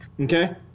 Okay